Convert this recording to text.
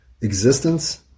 existence